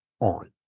on